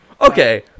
Okay